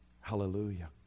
hallelujah